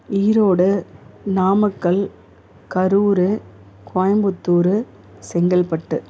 Erode Namakkal Karur Coimbatore Chengalpattu